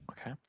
Okay